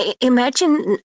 imagine